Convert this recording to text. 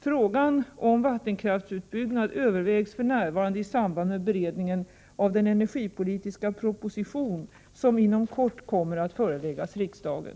Frågan om vattenkraftsutbyggnad övervägs f.n. i samband med beredningen av den energipolitiska proposition som inom kort kommer att föreläggas riksdagen.